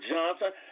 Johnson